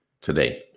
today